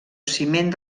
ciment